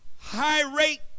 high-rate